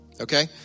Okay